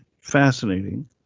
fascinating